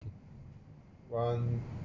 one